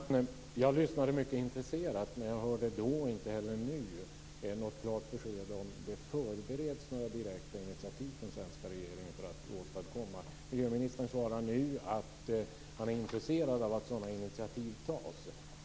Herr talman! Jag lyssnade mycket intresserat på debatten men jag hörde inte då, och hör inte heller nu, något klart besked om att det förbereds direkta initiativ från den svenska regeringen för att åstadkomma detta. Miljöministern svarar nu att han är intresserad av att sådana initiativ tas.